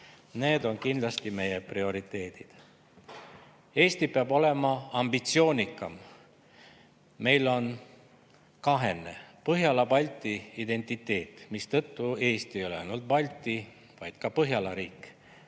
Need on kindlasti meie prioriteedid. Eesti peab olema ambitsioonikam. Meil on kahene, põhjala-Balti identiteet, mistõttu Eesti ei ole ainult Balti, vaid ka Põhjala riik,